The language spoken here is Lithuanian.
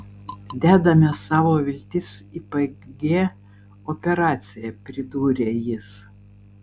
dedame savo viltis į pg operaciją pridūrė jis